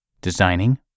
designing